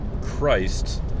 Christ